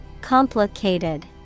Complicated